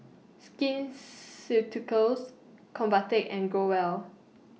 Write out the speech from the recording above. Skin Ceuticals Convatec and Growell